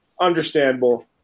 understandable